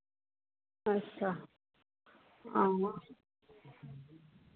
अच्छा हां